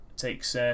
Takes